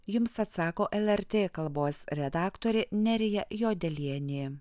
jums atsako lrt kalbos redaktorė nerija juodelienė